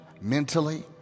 mentally